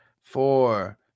four